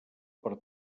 per